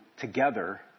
together